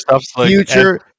future